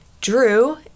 Drew